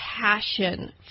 passion